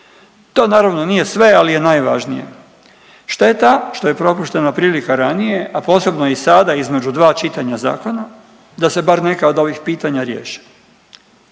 To naravno nije sve, ali je najvažnije. Šteta što je propuštena prilika ranije, a posebno i sada između dva čitanja zakona da se bar neka od ovih pitanja riješe.